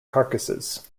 carcasses